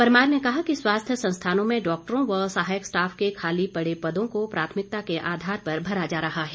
परमार ने कहा कि स्वास्थ्य संस्थानों में डॉक्टरों व सहायक स्टाफ के खाली पड़े पदों को प्राथमिकता के आधार पर भरा जा रहा है